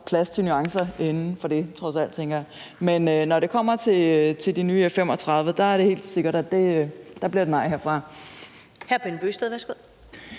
plads til nuancer inden for det, tænker jeg. Men når det kommer til de nye F-35, er det helt sikkert, at det bliver et nej herfra.